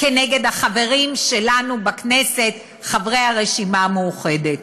כנגד החברים שלנו בכנסת, חברי הרשימה המאוחדת.